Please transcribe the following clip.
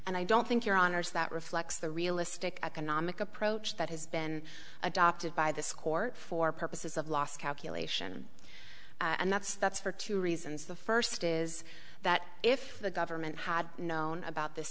and i don't think your honour's that reflects the realistic economic approach that has been adopted by this court for purposes of loss calculation and that's that's for two reasons the first is that if the government had known about this